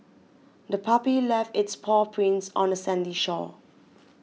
the puppy left its paw prints on the sandy shore